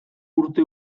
urte